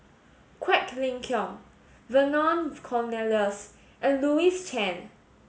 Quek Ling Kiong Vernon Cornelius and Louis Chen